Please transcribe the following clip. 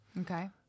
Okay